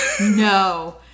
No